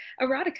erotica